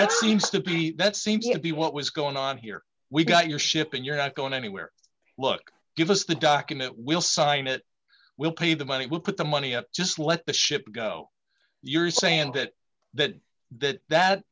it seems to be that seems to be what was going on here we got your ship and you're not going anywhere look give us the docking it will sign it will pay the money we'll put the money at just let the ship go you're saying that that that that